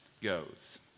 goes